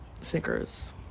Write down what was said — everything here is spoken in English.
snickers